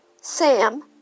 Sam